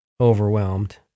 overwhelmed